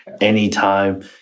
anytime